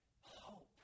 Hope